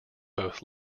both